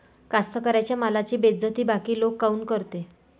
कास्तकाराइच्या मालाची बेइज्जती बाकी लोक काऊन करते?